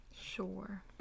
Sure